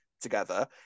Together